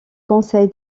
conseil